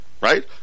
Right